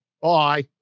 Bye